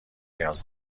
نیاز